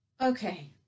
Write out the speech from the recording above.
Okay